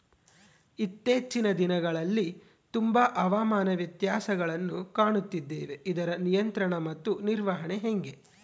ಇತ್ತೇಚಿನ ದಿನಗಳಲ್ಲಿ ತುಂಬಾ ಹವಾಮಾನ ವ್ಯತ್ಯಾಸಗಳನ್ನು ಕಾಣುತ್ತಿದ್ದೇವೆ ಇದರ ನಿಯಂತ್ರಣ ಮತ್ತು ನಿರ್ವಹಣೆ ಹೆಂಗೆ?